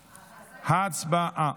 הצבעה.